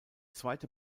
zweite